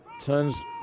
turns